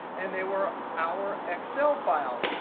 and they were our excel files.